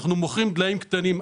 אנחנו מוכרים דליים קטנים.